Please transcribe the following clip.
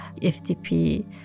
FTP